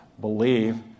believe